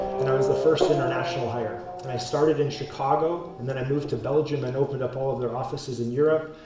and i was the first international hire. and i started in chicago, and then i moved to belgium and opened up all of their offices in europe.